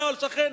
"נוהל שכן",